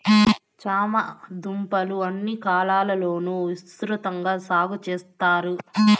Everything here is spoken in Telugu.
చామ దుంపలు అన్ని కాలాల లోనూ విసృతంగా సాగు చెత్తారు